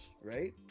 right